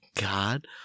God